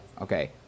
Okay